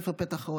ספר "פתח האוהל".